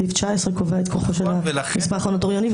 סעיף 19 קובע את כוחו של המסמך הנוטריוני,